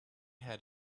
had